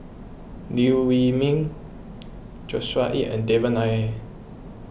Liew Wee Mee Joshua Ip and Devan Nair